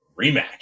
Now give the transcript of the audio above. Rematch